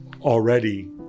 Already